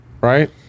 Right